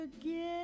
again